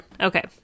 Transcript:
Okay